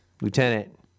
Lieutenant